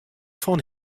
fan